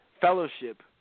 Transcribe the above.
fellowship